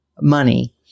money